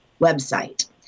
website